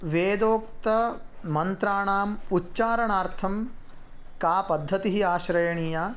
वेदोक्तमन्त्राणाम् उच्चारणार्थं का पद्धतिः आश्रयणीया